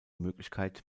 möglichkeit